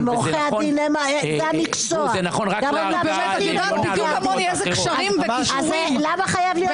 זה נכון רק לערכאה העליונה, לא לערכאות אחרות.